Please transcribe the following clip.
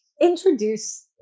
introduce